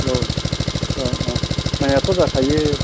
औ अ अ माइयाथ' जाखायो